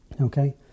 Okay